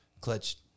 clutch